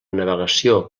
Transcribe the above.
navegació